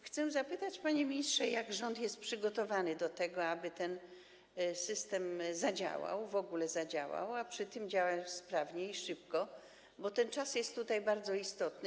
Chcę zapytać, panie ministrze, jak rząd jest przygotowany do tego, aby ten system zadziałał, w ogóle zadziałał, a przy tym działał sprawnie i szybko, bo ten czas jest tutaj bardzo istotny.